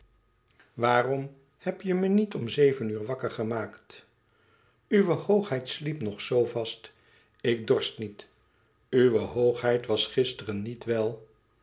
waarom heb je me niet om zeven uur wakker gemaakt uwe hoogheid sliep nog zoo vast ik dorst niet uwe hoogheid was gisteren niet wel